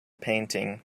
painting